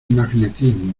magnetismo